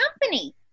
company